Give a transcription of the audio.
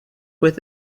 with